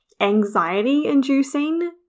anxiety-inducing